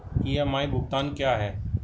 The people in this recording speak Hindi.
ई.एम.आई भुगतान क्या है?